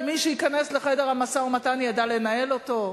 אם מי שייכנס לחדר המשא-ומתן ידע לנהל אותו.